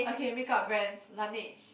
okay make up brands Laneige